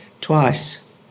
Twice